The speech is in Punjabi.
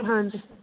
ਹਾਂਜੀ